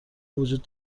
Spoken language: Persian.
وجود